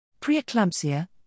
Preeclampsia